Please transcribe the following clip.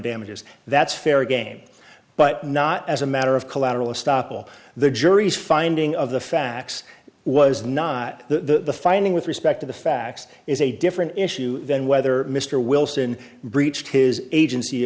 damages that's fair game but not as a matter of collateral estoppel the jury's finding of the facts was not the finding with respect to the facts is a different issue than whether mr wilson breached his agency